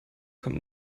kommt